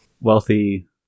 Wealthy